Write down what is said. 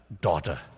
daughter